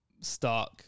stark